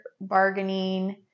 bargaining